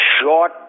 Short